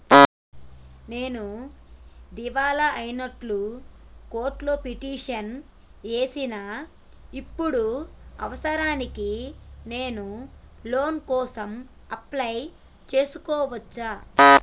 నేను దివాలా అయినట్లు కోర్టులో పిటిషన్ ఏశిన ఇప్పుడు అవసరానికి నేను లోన్ కోసం అప్లయ్ చేస్కోవచ్చా?